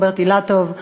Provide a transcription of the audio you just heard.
רוברט אילטוב,